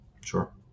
Sure